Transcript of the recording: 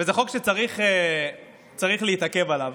זה חוק שצריך להתעכב עליו,